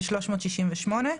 ו-368.